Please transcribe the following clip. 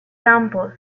campos